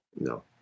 no